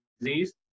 disease